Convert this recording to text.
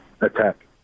attack